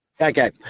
Okay